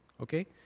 Okay